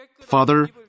Father